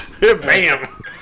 Bam